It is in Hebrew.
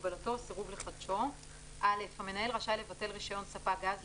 הגבלתו או סירוב לחדשו 8. המנהל רשאי לבטל רישיון ספק גז,